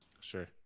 Sure